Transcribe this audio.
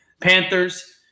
Panthers